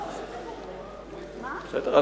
בסדר,